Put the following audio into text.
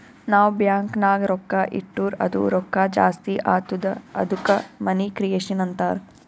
ನಾವ್ ಬ್ಯಾಂಕ್ ನಾಗ್ ರೊಕ್ಕಾ ಇಟ್ಟುರ್ ಅದು ರೊಕ್ಕಾ ಜಾಸ್ತಿ ಆತ್ತುದ ಅದ್ದುಕ ಮನಿ ಕ್ರಿಯೇಷನ್ ಅಂತಾರ್